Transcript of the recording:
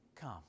Come